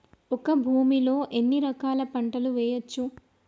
ఒక భూమి లో ఎన్ని రకాల పంటలు వేయచ్చు?